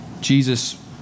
Jesus